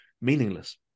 meaningless